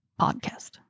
podcast